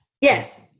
Yes